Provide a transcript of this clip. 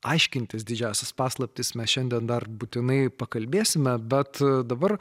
aiškintis didžiąsias paslaptis mes šiandien dar būtinai pakalbėsime bet dabar